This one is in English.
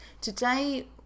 today